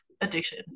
addiction